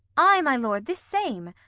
ay, my lord, this same.